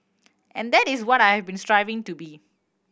and that is what I have been striving to be